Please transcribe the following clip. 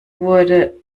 wurde